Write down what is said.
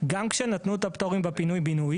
גם כשנתנו את הפטורים בפינוי בינוי.